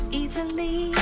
easily